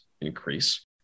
increase